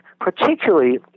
particularly